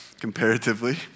comparatively